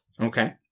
Okay